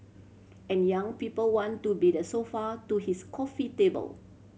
and young people want to be the sofa to his coffee table